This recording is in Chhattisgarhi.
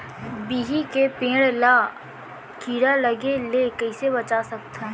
बिही के पेड़ ला कीड़ा लगे ले कइसे बचा सकथन?